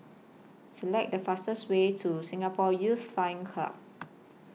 Select The fastest Way to Singapore Youth Flying Club